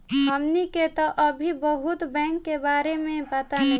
हमनी के तऽ अभी बहुत बैंक के बारे में पाता नइखे